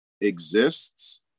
exists